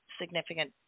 significant